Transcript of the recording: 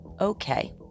okay